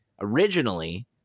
Originally